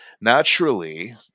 naturally